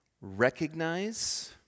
recognize